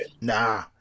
Nah